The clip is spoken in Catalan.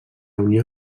unió